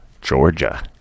Georgia